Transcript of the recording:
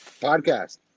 Podcast